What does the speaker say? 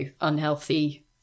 unhealthy